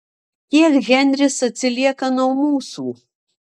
kiek henris atsilieka nuo mūsų